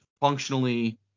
functionally